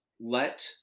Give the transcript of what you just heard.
Let